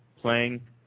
playing